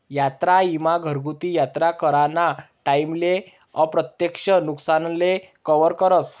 यात्रा ईमा घरगुती यात्रा कराना टाईमले अप्रत्यक्ष नुकसानले कवर करस